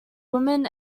women